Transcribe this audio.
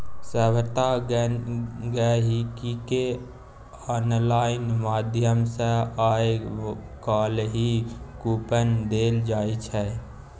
सभटा गहिंकीकेँ आनलाइन माध्यम सँ आय काल्हि कूपन देल जाइत छै